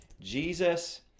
jesus